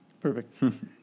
Perfect